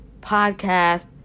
podcast